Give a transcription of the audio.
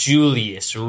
Julius